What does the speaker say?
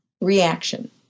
reaction